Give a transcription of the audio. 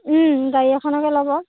গাড়ী এখনকে ল'ব